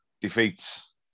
defeats